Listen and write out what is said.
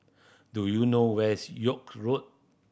do you know where is York Road